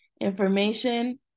information